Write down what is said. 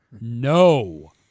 No